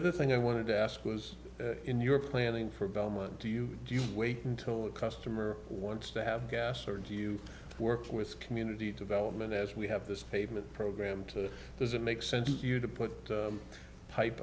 other thing i wanted to ask was in your planning for belmont do you do you wait until a customer wants to have gas or do you work with community development as we have this pavement program to does it make sense to you to put